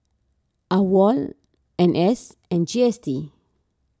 Awol N S and G S T